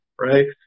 right